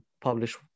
publish